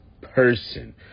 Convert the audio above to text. person